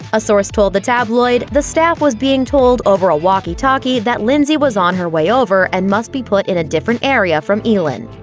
a source told the tabloid the staff was being told over a walkie-talkie that lindsey was on her way over and must be put in a different area from elin.